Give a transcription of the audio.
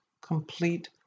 complete